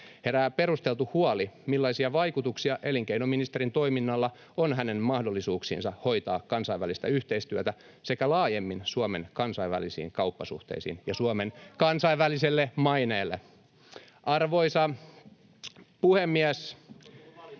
Herää perusteltu huoli, millaisia vaikutuksia elinkeinoministerin toiminnalla on hänen mahdollisuuksiinsa hoitaa kansainvälistä yhteistyötä sekä laajemmin Suomen kansainvälisiin kauppasuhteisiin [Jenna Simulan välihuuto] ja Suomen